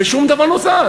ושום דבר לא זז.